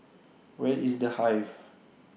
Where IS The Hive